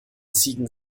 ziegen